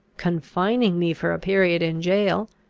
confining me for a period in jail,